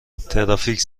ترافیک